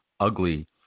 Ugly